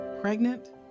Pregnant